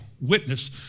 witness